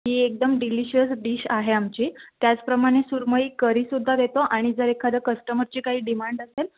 ही एकदम delicious dish आहे आमची त्याचप्रमाणे सुरमई करीसुद्धा देतो आणि जर एखादं कस्टमरची काही डिमांड असेल